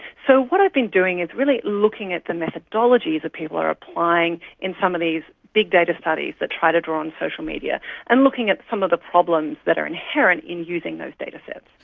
so what i've been doing is really looking at the methodologies that people are applying in some of these big data studies that try to draw on social media and looking at some of the problems that are inherent in using those datasets.